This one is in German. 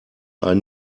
einen